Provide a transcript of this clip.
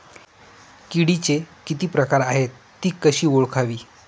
किडीचे किती प्रकार आहेत? ति कशी ओळखावी?